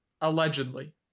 allegedly